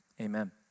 Amen